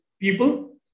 people